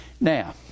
Now